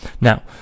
Now